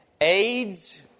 AIDS